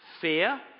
fear